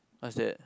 what's that